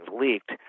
leaked